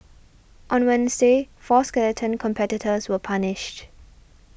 on Wednesday four skeleton competitors were punished